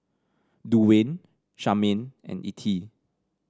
Duwayne Charmaine and Ettie